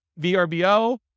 VRBO